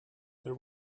there